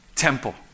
temple